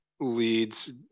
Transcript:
leads